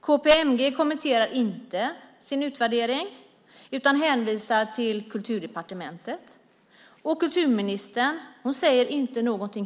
KPMG kommenterar inte sin utvärdering, utan hänvisar till Kulturdepartementet. Kulturministern säger inte heller någonting.